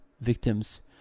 victims